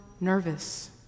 nervous